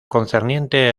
concerniente